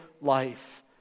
life